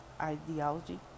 ideology